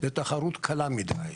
זו תחרות קלה מדי.